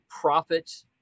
profit